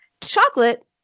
chocolate